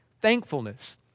thankfulness